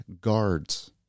guards